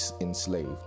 enslaved